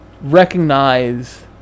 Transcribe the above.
...recognize